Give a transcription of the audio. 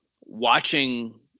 watching